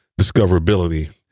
discoverability